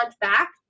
back